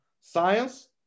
science